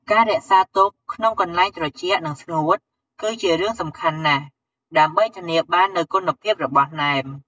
ការរក្សាទុកក្នុងកន្លែងត្រជាក់ និងស្ងួត គឺជារឿងសំខាន់ណាស់ ដើម្បីធានាបាននូវគុណភាពរបស់ណែម។